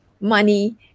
money